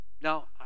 Now